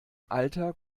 alter